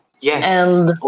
Yes